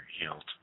healed